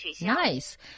Nice